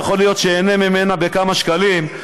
יכול להיות שייהנה ממנה בכמה שקלים,